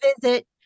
visit